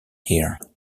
here